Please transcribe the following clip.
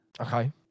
Okay